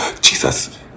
jesus